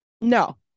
No